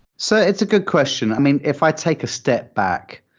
so it's a good question. i mean, if i take a step back,